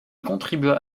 contribua